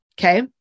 Okay